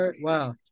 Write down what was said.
Wow